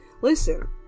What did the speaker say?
Listen